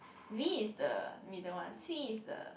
V is the middle one C is the